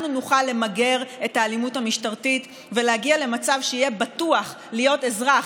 נוכל למגר את האלימות המשטרתית ולהגיע למצב שיהיה בטוח להיות אזרח,